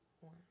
one